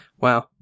Wow